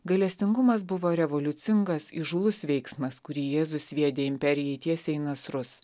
gailestingumas buvo revoliucingas įžūlus veiksmas kurį jėzus sviedė imperijai tiesiai į nasrus